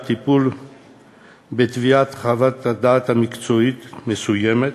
טיפול בתביעה חוות דעת מקצועיות מסוימות,